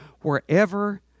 wherever